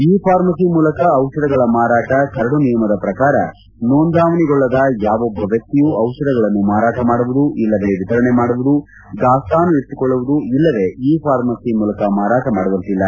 E pharmacy ಮೂಲಕ ಚಿಷಧಗಳ ಮಾರಾಟ ಕರಡು ನಿಯಮದ ಪ್ರಕಾರ ನೋಂದಾವಣಿಗೊಳ್ಳದ ಯಾವೊಬ್ಲ ವ್ಯಕ್ತಿಯು ದಿಷಧಗಳನ್ನು ಮಾರಾಟ ಮಾಡುವುದು ಇಲ್ಲವೇ ವಿತರಣೆ ಮಾಡುವುದು ದಾಸ್ತಾನು ಇರಿಸಿಕೊಳ್ಳುವುದು ಇಲ್ಲವೇ ಇ ಫಾರ್ಮಸಿ ಮೂಲಕ ಮಾರಾಟ ಮಾಡುವಂತಿಲ್ಲ